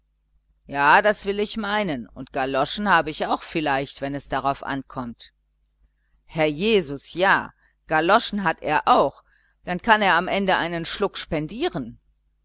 ja das will ich meinen und galoschen habe ich auch vielleicht wenn es darauf ankommt herr jesus ja galoschen hat er auch dann kann er am ende einen schluck spendieren